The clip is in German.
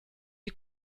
die